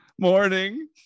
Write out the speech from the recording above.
morning